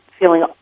feeling